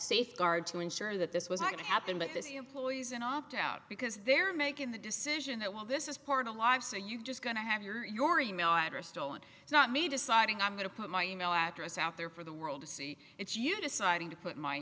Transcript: safeguard to ensure that this was not to happen but this employees in opt out because they're making the decision that well this is part of life so you just going to have your your email address stolen it's not me deciding i'm going to put my e mail address out there for the world to see it's you deciding to put